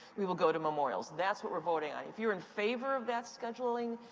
we will go to memorials. that's what we're voting on. if you're in favor of that scheduling,